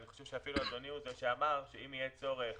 אני חושב שאפילו אדוני הוא שאמר שאם יהיה צורך